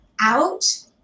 out